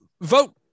vote